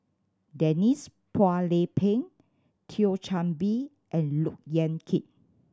Denise Phua Lay Peng Thio Chan Bee and Look Yan Kit